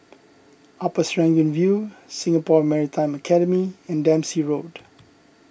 Upper Serangoon View Singapore Maritime Academy and Dempsey Road